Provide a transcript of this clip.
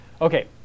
Okay